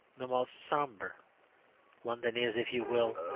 the most sombre london is, if you will,